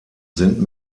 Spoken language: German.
sind